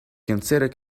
consider